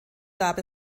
gab